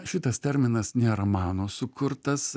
šitas terminas nėra mano sukurtas